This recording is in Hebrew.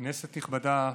כנסת נכבדה,